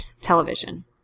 television